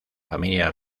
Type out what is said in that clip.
familia